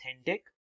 authentic